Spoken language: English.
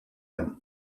him